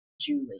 Julie